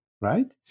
right